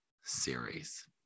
series